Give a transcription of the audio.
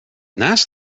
naast